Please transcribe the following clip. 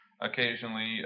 occasionally